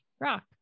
rock